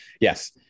Yes